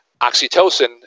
Oxytocin